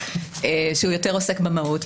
והוא יותר עוסק במהות.